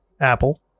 Apple